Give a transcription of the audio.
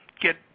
get